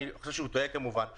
אני חושב, כמובן, שהוא טועה.